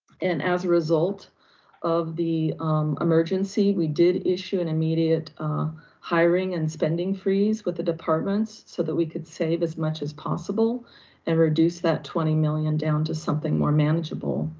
and as a result of the emergency, we did issue an immediate hiring and spending freeze with the departments so that we could save as much as possible and reduce that twenty million dollars down to something more manageable.